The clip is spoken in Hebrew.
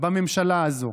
בממשלה הזו.